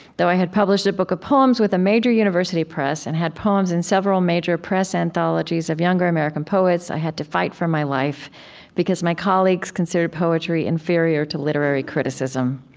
though i had published a book of poems with a major university press, and had poems in several major press anthologies of younger american poets, i had to fight for my life because my colleagues considered poetry inferior to literary criticism.